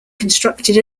constructed